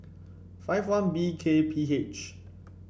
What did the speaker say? five one B K P H